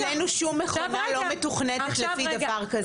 אצלנו שום מכונה לא מתוכנתת לפי דבר כזה.